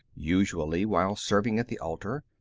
usually while serving at the altar.